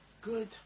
good